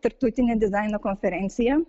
tarptautinė dizaino konferencija